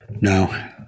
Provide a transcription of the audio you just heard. no